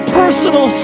personal